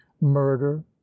murder